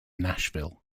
nashville